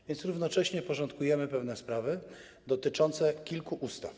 A więc równocześnie porządkujemy pewne sprawy dotyczące kilku ustaw.